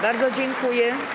Bardzo dziękuję.